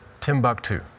Timbuktu